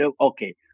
okay